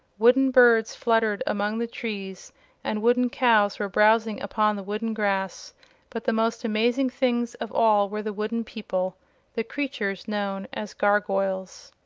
wooden birds fluttered among the trees and wooden cows were browsing upon the wooden grass but the most amazing things of all were the wooden people the creatures known as gargoyles.